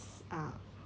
uh